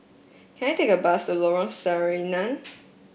can I take a bus to Lorong Sarina